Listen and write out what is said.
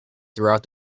throughout